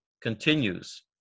continues